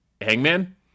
hangman